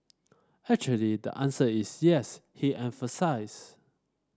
actually the answer is yes he emphasised